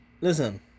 Listen